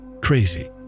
Crazy